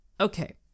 okay